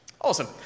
Awesome